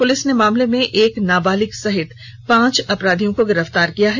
police ने इस मामले में एक नाबालिग सहित पांच अपराधियो को गिरफ्तार किया है